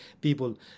people